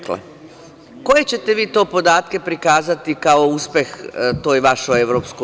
Koje će te vi to podatke prikazati kao uspeh toj vašoj EU?